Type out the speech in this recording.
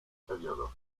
periodo